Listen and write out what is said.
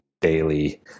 daily